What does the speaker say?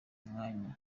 mwanya